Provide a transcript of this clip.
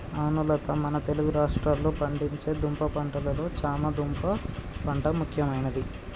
అవును లత మన తెలుగు రాష్ట్రాల్లో పండించే దుంప పంటలలో చామ దుంప పంట ముఖ్యమైనది